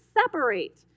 separate